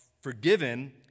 forgiven